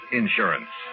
insurance